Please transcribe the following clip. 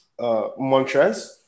Montrez